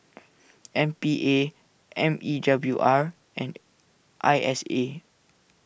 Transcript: M P A M E W R and I S A